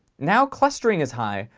now clustering is high,